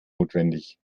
notwendig